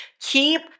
keep